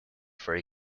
very